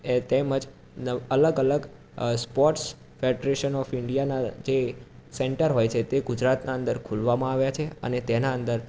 એ તેમજ અલગ અલગ અ સ્પોર્ટ્સ ફેડરેશન ઓફ ઇન્ડિયાના જે સેન્ટર હોય છે તે ગુજરાતના અંદર ખુલવામાં આવ્યા છે અને તેના અંદર